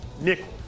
nickel